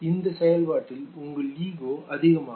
இந்த செயல்பாட்டில் உங்கள் ஈகோ அதிகமாகும்